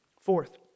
Fourth